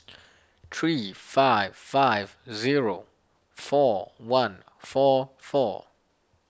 three five five zero four one four four